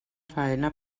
faena